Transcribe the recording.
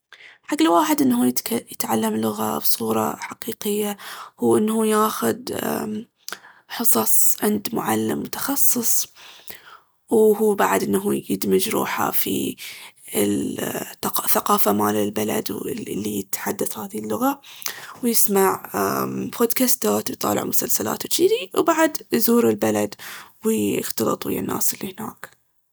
حق الواحد ان هو يتعلم لغة بصورة حقيقية هو ان هو ياخذ حصص عند معلم متخصص. وهو بعد ان هو يدمج روحه في الثقافة مال البلد واللي يتحدث هاذي اللغة. ويسمع أمم بودكاستات ويطالع مسلسلات وجذي، وبعد يزور البلد ويختلط ويا الناس اللي هناك.